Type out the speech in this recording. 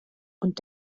und